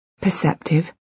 Perceptive